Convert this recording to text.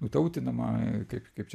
nutautinama kaip kaip čia